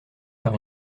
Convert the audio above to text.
par